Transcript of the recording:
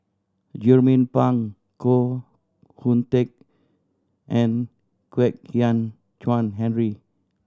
Jernnine Pang Koh Hoon Teck and Kwek Hian Chuan Henry